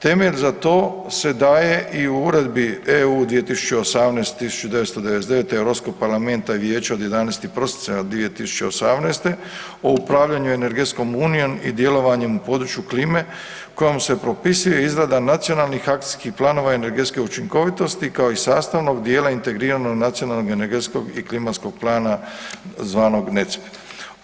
Temelj za to se daje i u Uredbi EU 2018/1999 Europskog parlamenta i vijeća od 11. prosinca 2018. o upravljanju energetskom unijom i djelovanjem u području klime kojim se propisuje izrada nacionalnih akcijskih planova energetske učinkovitosti kao i sastavnog dijela integriranog nacionalnog energetskog i klimatskog plana zvanom NECP.